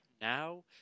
now